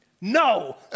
No